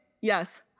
yes